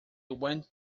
went